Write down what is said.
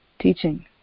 teaching